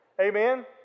Amen